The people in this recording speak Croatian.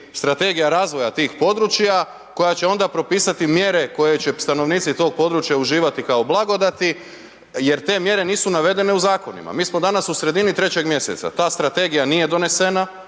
strategija razvoja tih područja, koja će onda propisati mjere koje će stanovnici tog područja uživati kao blagodati jer te mjere nisu navedene u zakonima. Mi smo danas u sredini 3. mj. Ta strategija nije donesena,